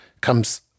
comes